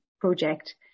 project